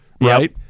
right